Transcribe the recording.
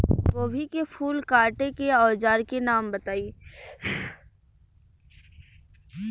गोभी के फूल काटे के औज़ार के नाम बताई?